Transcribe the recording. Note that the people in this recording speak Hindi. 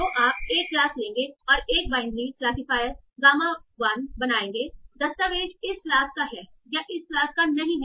तो आप 1 क्लास लेंगे और एक बाइनरी क्लासिफायर gamma 1 बनाएँगे दस्तावेज़ इस क्लास का है या इस क्लास का नहीं है